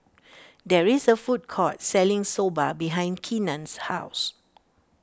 there is a food court selling Soba behind Keenan's house